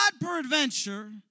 peradventure